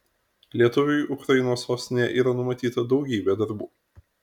lietuviui ukrainos sostinėje yra numatyta daugybė darbų